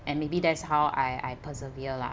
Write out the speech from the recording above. and maybe that's how I I persevere lah